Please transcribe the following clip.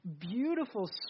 beautiful